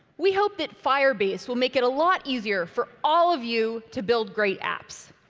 we hope that firebase will make it a lot easier for all of you to build great apps.